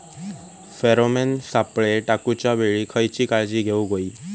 Pheromone सापळे टाकूच्या वेळी खयली काळजी घेवूक व्हयी?